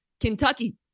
Kentucky